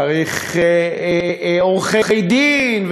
צריך עורכי-דין,